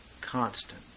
constant